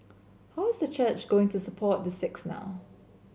how is the church going to support the six now